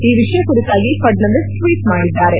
ಈ ವಿಷಯ ಕುರಿತಾಗಿ ಫಡ್ನವೀಸ್ ಟ್ವೀಟ್ ಮಾಡಿದ್ದಾರೆ